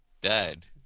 dad